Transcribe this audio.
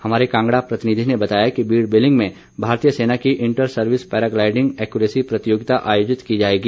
हमारे कांगड़ा प्रतिनिधि ने बताया कि बीड़ बिलिंग में भारतीय सेना की इंटर सर्विस पैराग्लाईडिंग एक्यूरेसी प्रतियोगिता आयोजित की जाएगी